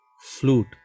flute